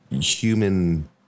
human